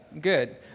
Good